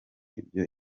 ibyo